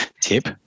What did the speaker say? tip